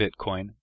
Bitcoin